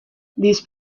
these